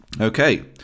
Okay